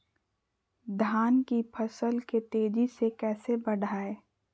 धान की फसल के तेजी से कैसे बढ़ाएं?